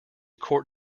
court